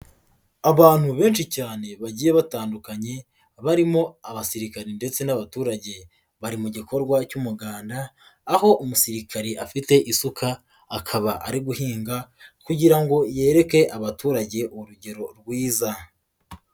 Abantu benshi cyane bagiye batandukanye barimo abasirikari ndetse n'abaturage, bari mu gikorwa cy'umuganda aho umusirikare afite isuka akaba ari guhinga kugira ngo yereke abaturage urugero rwiza.